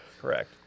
Correct